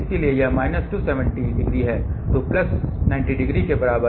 इसलिए यह minus 270 degree है जो प्लस 90 डिग्री के बराबर है